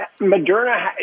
Moderna